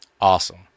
Awesome